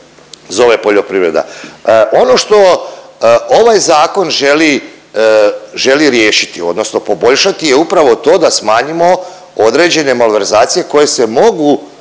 zove poljoprivreda. Ono što ovaj Zakon želi riješiti odnosno poboljšati je upravo to da smanjimo određene malverzacije koje se mogu